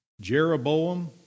Jeroboam